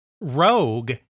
Rogue